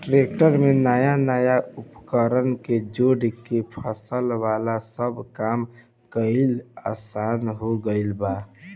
tractor में नया नया उपकरण के जोड़ के फसल वाला सब काम कईल आसान हो गईल बा